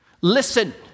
listen